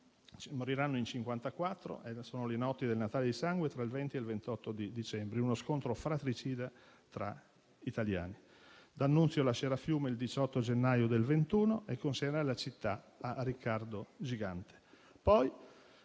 moriranno in 54. Sono le notti del Natale di sangue tra il 24 e il 28 di dicembre, uno scontro fratricida tra italiani. D'Annunzio lascerà Fiume il 18 gennaio del 1921 e consegnare la città a Riccardo Gigante.